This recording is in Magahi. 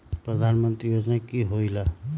प्रधान मंत्री योजना कि होईला?